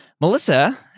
Melissa